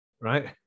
right